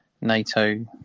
NATO